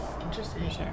Interesting